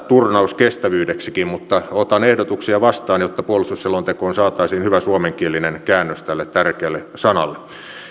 turnauskestävyydeksikin mutta otan ehdotuksia vastaan jotta puolustusselontekoon saataisiin hyvä suomenkielinen käännös tälle tärkeälle sanalle